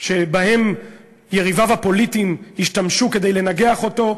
שבהם יריביו הפוליטיים השתמשו כדי לנגח אותו,